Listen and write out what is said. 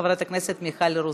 חברת הכנסת מיכל רוזין.